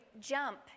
jump